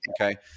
Okay